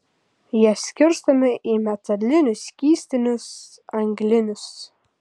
jie skirstomi į metalinius skystinius anglinius